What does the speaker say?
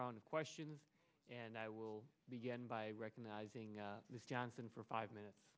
round of questions and i will begin by recognizing miss johnson for five minutes